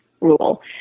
rule